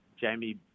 Jamie